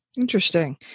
Interesting